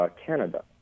Canada